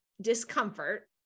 discomfort